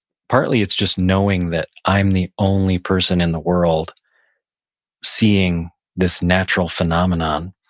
partly it's just knowing that i'm the only person in the world seeing this natural phenomenon,